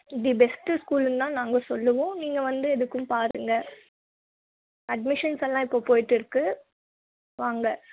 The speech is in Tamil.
தி பெஸ்ட்டு ஸ்கூலுன்னுதான் நாங்கள் சொல்லுவோம் நீங்கள் வந்து எதுக்கும் பாருங்க அட்மிஷன்ஸ் எல்லாம் இப்போ போய்கிட்டு இருக்குது வாங்க